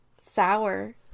sour